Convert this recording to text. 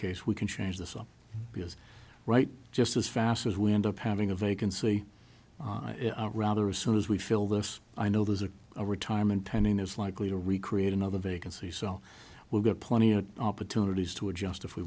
case we can change this up because right just as fast as we end up having a vacancy rather as soon as we feel this i know there's a retirement pending is likely to recreate another vacancy so we've got plenty of opportunities to adjust if we